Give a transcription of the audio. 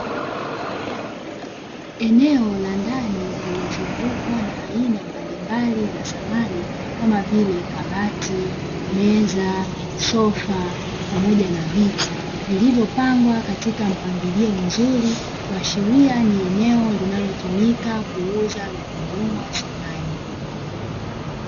Eneo la ndani lililozungukwa na aina mbalimbali za samani kama vile: kabati, meza, sofa pamoja na viti, vilivyopangwa katika mpangilio mzuri. Kuashiria ni eneo linalotumika kuuza na kununua samani.